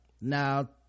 now